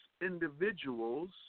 individuals